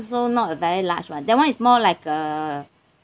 also not a very large one that [one] is more like a